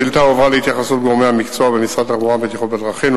השאילתא הועברה להתייחסות גורמי המקצוע במשרד התחבורה ובטיחות בדרכים.